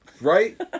Right